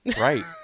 Right